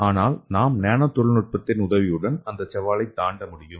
ஆனால் நாம் நானோ தொழில்நுட்பத்தின் உதவியுடன் அந்தச் சவாலை தாண்ட முடியும்